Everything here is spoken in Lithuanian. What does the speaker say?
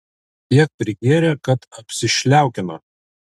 tiek prigėrė kad apsišliaukino